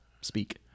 speak